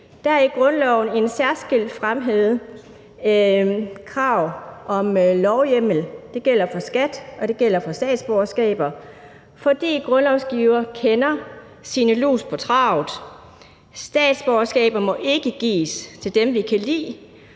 Der er i grundloven et særskilt fremhævet krav om lovhjemmel. Det gælder for skat, og det gælder for statsborgerskaber, fordi grundlovsgiver kender sine lus på travet: Statsborgerskaber må ikke kun gives til dem, vi kan lide,